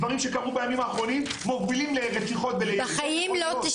דברים שקרו בימים האחרונים מובילים לרציחות איך יכול להיות?